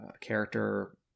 character